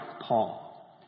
Paul